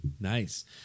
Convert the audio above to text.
Nice